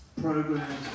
programs